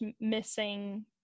missing